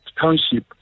township